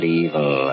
evil